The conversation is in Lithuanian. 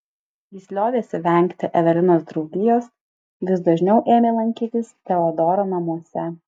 jis liovėsi vengti evelinos draugijos vis dažniau ėmė lankytis teodoro namuose